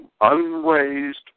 unraised